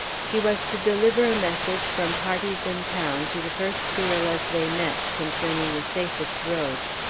she was to deliver a message from parties in town to the first guerrillas they met, concerning the safest roads,